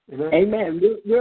Amen